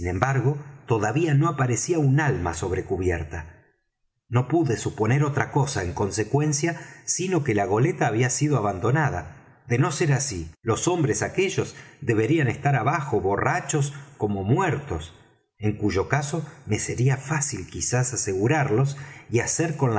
embargo todavía no aparecía un alma sobre cubierta no pude suponer otra cosa en consecuencia sino que la goleta había sido abandonada de no ser así los hombres aquellos deberían estar abajo borrachos como muertos en cuyo caso me sería fácil quizás asegurarlos y hacer con